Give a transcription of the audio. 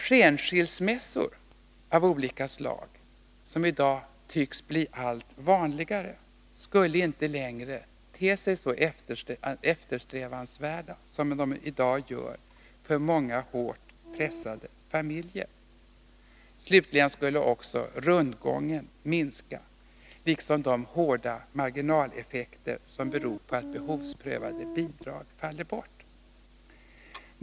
Skenskilsmässor av olika slag, som i dag tycks bli allt vanligare, skulle inte längre te sig så eftersträvansvärda för många hårt pressade familjer. Rundgången skulle också minska liksom de hårda marginaleffekter som beror på att behovsprövade bidrag faller bort.